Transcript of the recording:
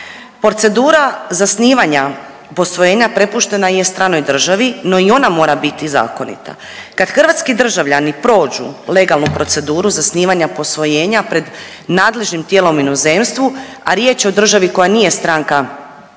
Procedura zasnivanja posvojenja prepuštena je stranoj državi, no i ona mora biti zakonita. Kad hrvatski državljani prođu legalnu proceduru zasnivanja posvojenja pred nadležnim tijelom u inozemstvu, a riječ je o državi koja nije stranka